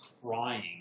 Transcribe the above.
crying